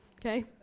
Okay